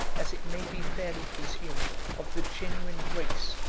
as it may be fairly presumed, of the genuine race,